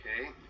okay